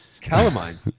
Calamine